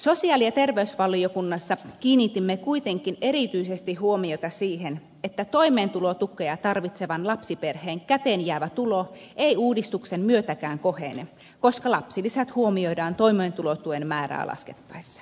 sosiaali ja terveysvaliokunnassa kiinnitimme kuitenkin erityisesti huomiota siihen että toimeentulotukea tarvitsevan lapsiperheen käteen jäävä tulo ei uudistuksen myötäkään kohene koska lapsilisät huomioidaan toimeentulotuen määrää laskettaessa